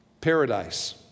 Paradise